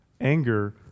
Anger